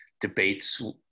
debates